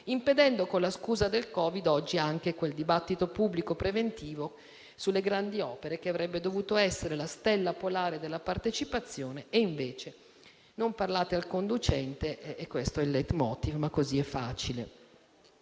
impedendo oggi, con la scusa del Covid-19, anche quel dibattito pubblico preventivo sulle grandi opere che avrebbe dovuto essere la stella polare della partecipazione. Invece «non parlate al conducente»: è questo il *leit motiv,* ma così è facile.